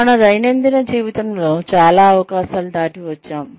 మన దైనందిన జీవితంలో చాలా అవకాశాలు దాటి వచ్చాము